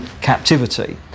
captivity